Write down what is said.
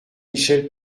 michel